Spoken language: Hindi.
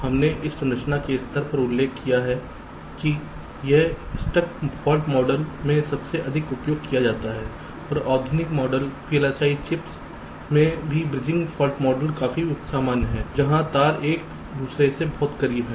हमने इस संरचना के स्तर पर उल्लेख किया है कि यह स्टक फॉल्ट मॉडल में सबसे अधिक उपयोग किया जाता है और आधुनिक मॉडल वीएलएसआई चिप्स में भी ब्रिजिंग फॉल्ट मॉडल काफी सामान्य है जहां तार एक दूसरे के बहुत करीब हैं